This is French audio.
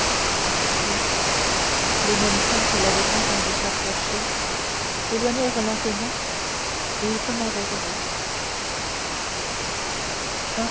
puis les mêmes pas qu'elle avait entendus s'approcher s'éloignèrent lentement et comme à regret